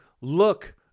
look